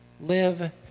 live